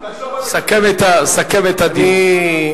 תחשוב על זה, סכם את הדיון.